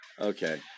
Okay